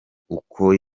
uko